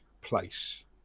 place